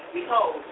Behold